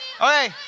Okay